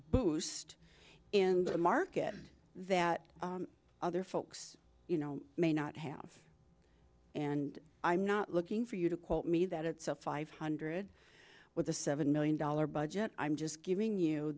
boost in the market that other folks you know may not have and i'm not looking for you to quote me that it's a five hundred with a seven million dollars budget i'm just giving you